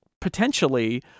potentially